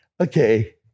Okay